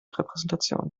repräsentation